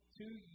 two